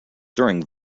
during